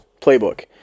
playbook